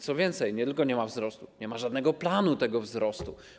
Co więcej, nie tylko nie ma wzrostu, ale nie ma żadnego planu tego wzrostu.